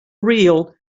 real